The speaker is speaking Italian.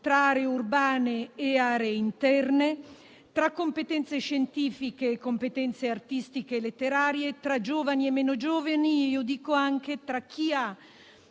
tra aree urbane e aree interne, tra competenze scientifiche e competenze artistiche e letterarie, tra giovani e meno giovani e - io dico anche - tra chi ha